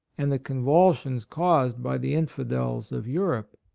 and the convulsions caused by the infidels of europe.